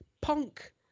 Punk